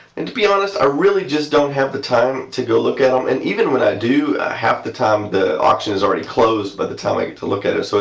and to be honest i really just don't have the time to go look at them. and even when i do, half the time the auction is already closed by the time i get to look at it, so